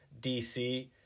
DC